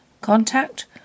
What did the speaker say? contact